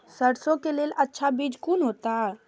सरसों के लेल अच्छा बीज कोन होते?